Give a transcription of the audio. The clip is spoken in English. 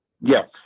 Yes